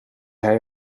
hij